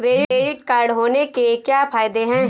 Credit card होने के क्या फायदे हैं?